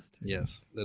yes